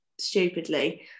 stupidly